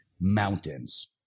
mountains